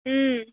ꯎꯝ